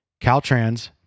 Caltrans